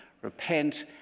repent